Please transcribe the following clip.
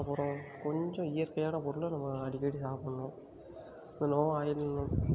அப்புறம் கொஞ்சம் இயற்கையான பொருளை நம்ம அடிக்கடி சாப்பிட்ணும் இந்த நோ ஆயில் நோ